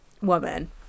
woman